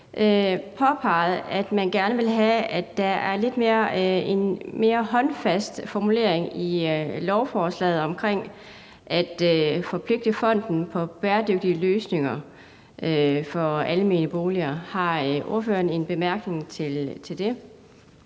nemlig at man gerne vil have, at der er en lidt mere håndfast formulering i lovforslaget om at forpligte fonden på bæredygtige løsninger for almene boliger. Har ordføreren en bemærkning til det?